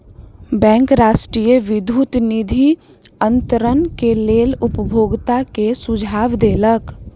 bank राष्ट्रीय विद्युत निधि अन्तरण के लेल उपभोगता के सुझाव देलक